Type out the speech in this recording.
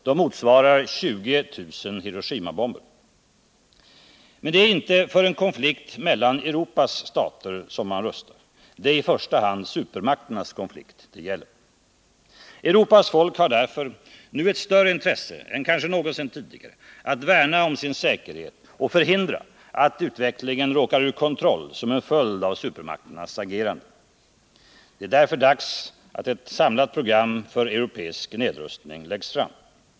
De motsvarar 20 000 Hiroshimabomber. Men det är inte för en konflikt mellan Europas stater som man rustar. Det är i första hand supermakternas konflikt det gäller. Europas folk har därför nu ett större intresse än kanske någonsin tidigare av att värna om sin säkerhet och förhindra att utvecklingen råkar ur kontroll som en följd av supermakternas agerande. Det är därför dags att ett samlat program för europeisk nedrustning läggs fram.